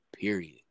period